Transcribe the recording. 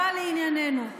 אבל, לענייננו,